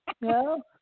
no